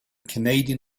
canadian